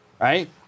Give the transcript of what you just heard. right